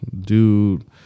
dude